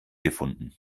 gefunden